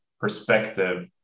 perspective